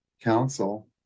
Council